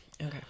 okay